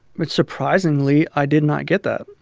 but surprisingly, i did not get that.